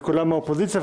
וכולם מהאופוזיציה.